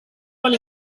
van